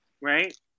right